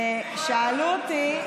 שאלו אותי: